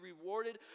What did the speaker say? rewarded